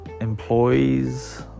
employees